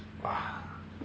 !wah!